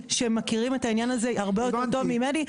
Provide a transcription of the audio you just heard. שמכירים את העניין הזה הרבה יותר טוב ממני.